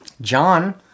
John